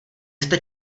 jste